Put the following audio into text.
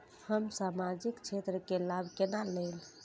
हम सामाजिक क्षेत्र के लाभ केना लैब?